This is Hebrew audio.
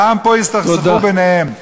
והעם פה יסתכסכו ביניהם.